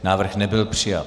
Návrh nebyl přijat.